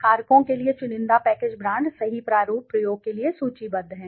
कारकों के लिए चुनिंदा पैकेज ब्रांड सही प्रारूप प्रयोग के लिए सूचीबद्ध है